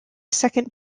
second